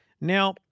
Now